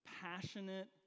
Passionate